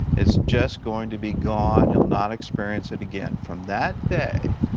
it's just going to be gone. you'll not experience it again. from that day,